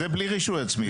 זה בלי רישוי עצמי.